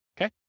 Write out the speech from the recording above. Okay